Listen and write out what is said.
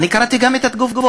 אני קראתי גם את התגובות.